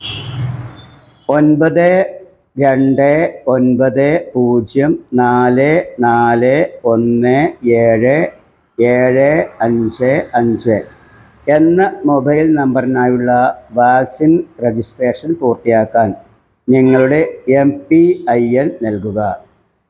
ഒൻപത് രണ്ട് ഒൻപത് പൂജ്യം നാല് നാല് ഒന്ന് ഏഴ് ഏഴ് അഞ്ച് അഞ്ച് എന്ന മൊബൈൽ നമ്പറിനായുള്ള വാക്സിൻ രജിസ്ട്രേഷൻ പൂർത്തിയാക്കാൻ നിങ്ങളുടെ എം പി ഐ എൻ നൽകുക